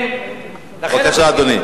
בבקשה, אדוני.